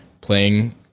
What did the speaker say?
playing